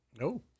No